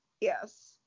yes